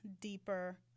deeper